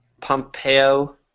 Pompeo